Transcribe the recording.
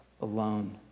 alone